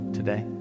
today